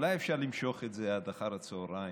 אולי אפשר למשוך את זה עד אחר הצוהריים